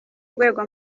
rwego